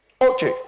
Okay